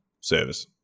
service